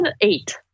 eight